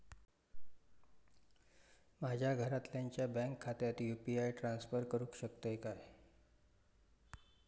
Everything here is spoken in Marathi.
माझ्या घरातल्याच्या बँक खात्यात यू.पी.आय ट्रान्स्फर करुक शकतय काय?